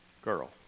girl